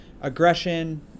aggression